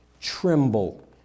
tremble